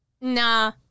nah